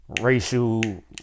racial